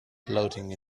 floating